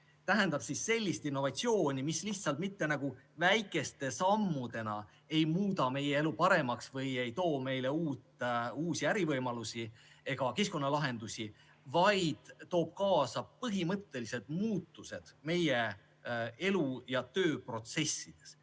sellist innovatsiooni, mis mitte lihtsalt väikeste sammudega ei muuda meie elu paremaks ega too meile uusi ärivõimalusi või keskkonnalahendusi, vaid toob kaasa põhimõttelised muutused meie elu- ja tööprotsessides.